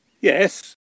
Yes